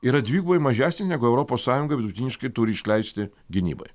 yra dvigubai mažesnis negu europos sąjunga vidutiniškai turi išleisti gynybai